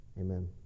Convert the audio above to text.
Amen